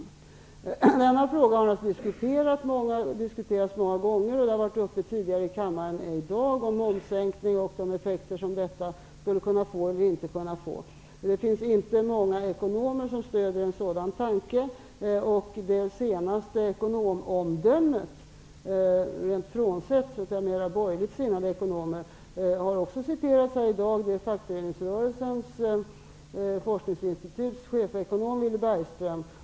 En annan fråga som har diskuterats många gånger och som har varit uppe tidigare i kammaren i dag är frågan om en momssänking och de effekter en sådan skulle kunna få eller inte få. Det finns inte många ekonomer som stöder en sådan tanke. Det senaste ekonomomdömet, alldeles frånsett omdömen från mer borgerligt sinnande ekonomer, har citerats här i dag. Det kommer från fakföreningsrörelsens forskningsinstituts chefekonom Villy Bergström.